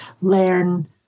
learn